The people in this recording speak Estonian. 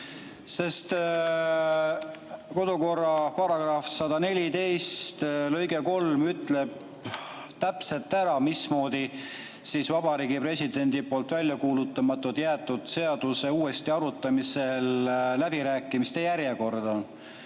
Sest kodukorra § 114 lõige 2 ütleb täpselt ära, mismoodi Vabariigi Presidendi poolt välja kuulutamata jäetud seaduse uuesti arutamisel läbirääkimiste järjekord on.